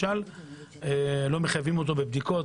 לא מחייבים אותו בבדיקות,